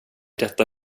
detta